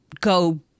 go